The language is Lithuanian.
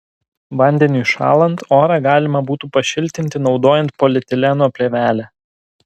vandeniui šąlant orą galima būtų pašalinti naudojant polietileno plėvelę